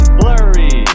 blurry